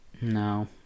No